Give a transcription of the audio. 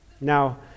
Now